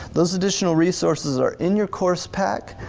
those additional resources are in your course pack,